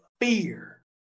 fear